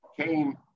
came